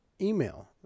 email